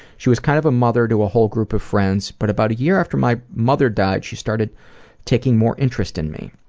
she was kind of a mother to a whole group of friends but about a year after my mother died she started taking more interested in me.